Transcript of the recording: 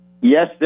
Yes